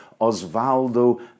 Osvaldo